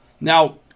Now